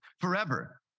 forever